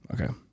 Okay